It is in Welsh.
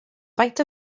faint